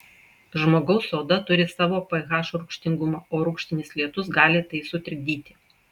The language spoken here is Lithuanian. žmogaus oda turi savo ph rūgštingumą o rūgštinis lietus gali tai sutrikdyti